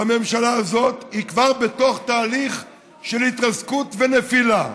והממשלה הזאת היא כבר בתוך תהליך של התרסקות ונפילה.